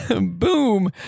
Boom